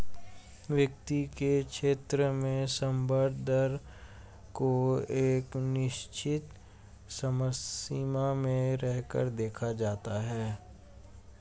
वित्त के क्षेत्र में संदर्भ दर को एक निश्चित समसीमा में रहकर देखा जाता है